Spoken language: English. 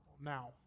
now